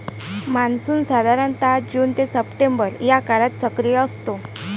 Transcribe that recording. monsoon साधारणतः जून ते सप्टेंबर या काळात सक्रिय असतो